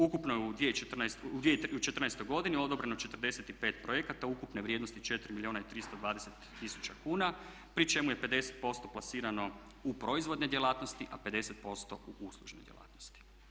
Ukupno je u 2014. godini odobreno 45 projekata ukupne vrijednosti 4 milijuna i 320 tisuća kuna pri čemu je 50% plasirano u proizvodne djelatnosti a 50% u uslužne djelatnosti.